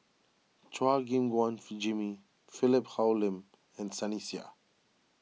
Chua Gim Guan Fi Jimmy Philip Hoalim and Sunny Sia